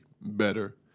better